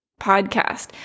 podcast